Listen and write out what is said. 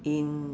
in